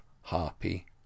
harpy